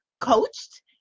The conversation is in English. coached